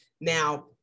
Now